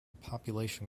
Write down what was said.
population